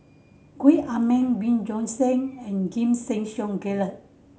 Gwee Ah Leng Bjorn Shen and Giam Yean Song Gerald